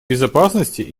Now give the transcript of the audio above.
безопасности